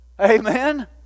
Amen